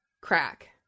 crack